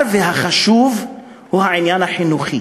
החשוב הוא העניין החינוכי,